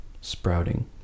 sprouting